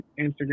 instagram